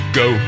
go